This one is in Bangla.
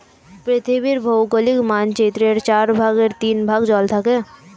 পৃথিবীর ভৌগোলিক মানচিত্রের চার ভাগের তিন ভাগ জল থাকে